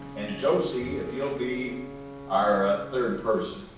and docey, if you'll be our ah third person.